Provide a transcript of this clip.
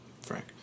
Frank